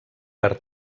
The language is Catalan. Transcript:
per